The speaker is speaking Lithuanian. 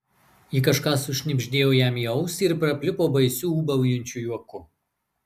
ji kažką sušnibždėjo jam į ausį ir prapliupo baisiu ūbaujančiu juoku